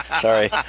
Sorry